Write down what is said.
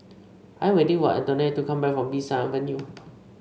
I waiting for Antonette to come back from Bee San Avenue